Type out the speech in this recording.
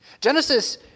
Genesis